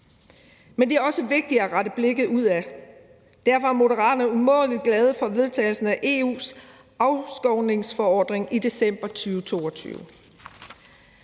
Men det er også vigtigt at rette blikket udad, og derfor er Moderaterne umådelig glad for vedtagelsen af EU's afskovningsforordning i december 2022.